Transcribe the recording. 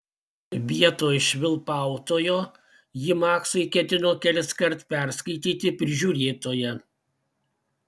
vietoj švilpautojo ji maksui ketino keliskart perskaityti prižiūrėtoją